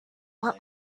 what